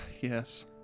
Yes